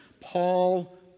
Paul